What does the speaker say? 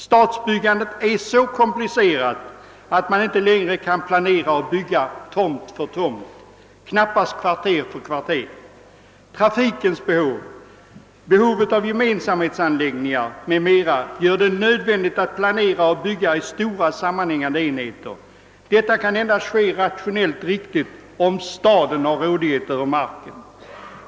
Stadsbyggandet är så komplicerat, att man inte längre kan planera och bygga tomt för tomt, knappast kvarter för kvarter. Trafikens behov, behovet av gemensamhetsanläggningar m.m. gör det nödvändigt att planera och bygga i stora sammanhängande enheter. Detta kan endast ske rationellt riktigt om staden har rådighet över marken.